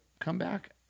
comeback